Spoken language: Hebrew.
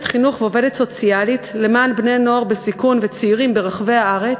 חינוך ועובדת סוציאלית למען בני-נוער בסיכון וצעירים ברחבי הארץ,